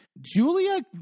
Julia